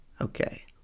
okay